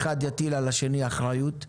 אחד יטיל על השני אחריות,